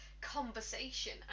conversation